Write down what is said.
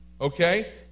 Okay